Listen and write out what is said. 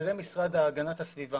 לבכירי משרד הגנת הסביבה